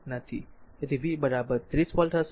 તેથી v 30 volt હશે